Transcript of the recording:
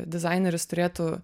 dizaineris turėtų